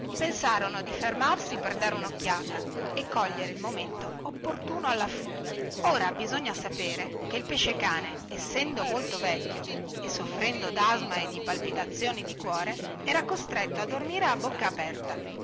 pensarono bene di fermarsi per dare unocchiata e cogliere il momento opportuno alla fuga ora bisogna sapere che il pesce-cane essendo molto vecchio e soffrendo dasma e di palpitazione di cuore era costretto a dormir a bocca aperta